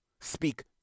Speak